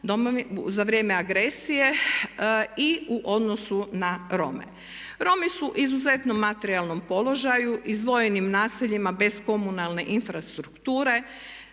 za vrijeme agresije i u odnosu na Rome. Romi su u izuzetnom materijalnom položaju izdvojenim naseljima bez komunalne infrastrukture.